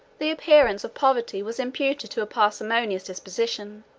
the appearance of poverty was imputed to a parsimonious disposition